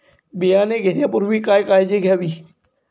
बियाणे घेण्यापूर्वी काय काळजी घ्यावी?